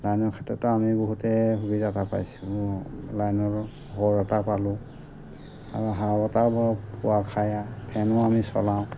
লাইনৰ ক্ষেত্ৰতো আমি বহুতে সুবিধা এটা পাইছোঁ লাইনৰ পোহৰ এটা পালোঁ আৰু হাৱা বতাহো পোৱা খায় ফেনো আমি চলাওঁ